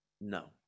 No